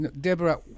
Deborah